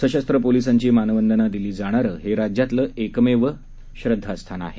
सशस्त्र पोलिसांची मानवंदना दिली जाणारं हे राज्यातलं एकमेव देवस्थान आहे